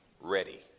ready